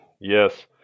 yes